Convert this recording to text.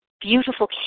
beautiful